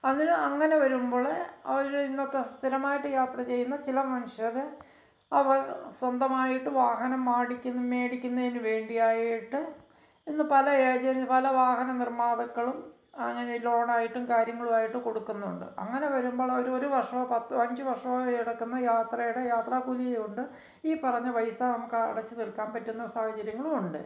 അതിന് അങ്ങനെ വരുമ്പോള് അവര് ഇന്നത്തെ സ്ഥിരമായിട്ട് യാത്ര ചെയ്യുന്ന ചില മനുഷ്യര് അവര് സ്വന്തമായിട്ട് വാഹനം മേടിക്കുന്നതിന് വേണ്ടിആയിട്ട് ഇന്ന് പല വാഹന നിർമാതാക്കളും അങ്ങനെ ലോണായിട്ടും കാര്യങ്ങളുമായിട്ടും കൊടുക്കുന്നുണ്ട് അങ്ങനെ വരുമ്പോള് ഒര് ഒരുവർഷമോ അഞ്ചു വർഷമോ എടുക്കുന്ന യാത്രയുടെ യാത്രാക്കൂലി കൊണ്ട് ഈ പറഞ്ഞ പൈസ നമുക്ക് അടച്ച് തീർക്കാൻ പറ്റുന്ന സാഹചര്യങ്ങളുമുണ്ട്